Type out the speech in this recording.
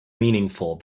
meaningful